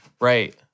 right